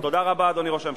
תודה רבה, אדוני ראש הממשלה.